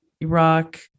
Iraq